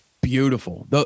Beautiful